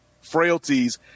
frailties